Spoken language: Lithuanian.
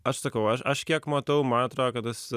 aš sakau aš aš kiek matau man atrodo kad tas